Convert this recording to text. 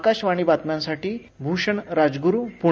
आकाशवाणी बातम्यांसाठी भूषण राजगुरू पुणे